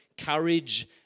courage